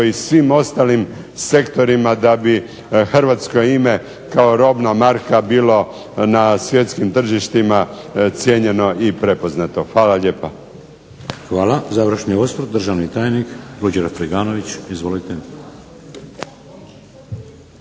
i svim ostalim sektorima da bi hrvatsko ime kao robna marka bilo na svjetskim tržištima cijenjeno i prepoznato. Hvala lijepa. **Šeks, Vladimir (HDZ)** Hvala. Završni osvrt, državni tajnik Ruđer Friganović. Izvolite.